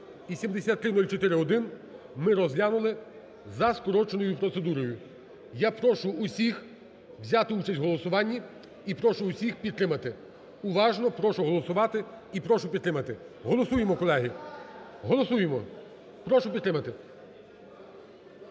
і 7304-1 ми розглянули за скороченою процедурою. Я прошу всіх взяти участь у голосуванні і прошу всіх підтримати. Уважно прошу голосувати і прошу підтримати. Голосуємо, колеги. Голосуємо. Прошу підтримати.